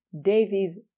Davies